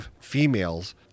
females